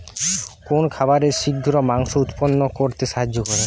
কোন খাবারে শিঘ্র মাংস উৎপন্ন করতে সাহায্য করে?